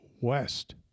west